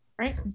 Right